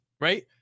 right